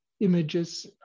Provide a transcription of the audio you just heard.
images